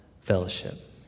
fellowship